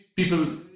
people